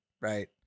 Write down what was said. right